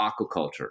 aquaculture